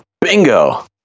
bingo